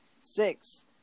six